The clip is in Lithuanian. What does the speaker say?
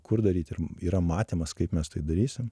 kur daryt ir yra matymas kaip mes tai darysim